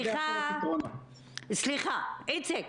סליחה, איציק,